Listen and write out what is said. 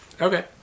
Okay